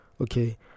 okay